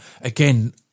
Again